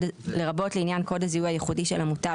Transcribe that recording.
לרבות לעניין קוד הזיהוי הייחודי של המוטב